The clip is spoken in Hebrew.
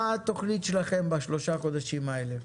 מה התוכנית שלכם בשלושה החודשים האלה?